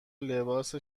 لباس